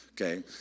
Okay